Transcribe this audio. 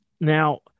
Now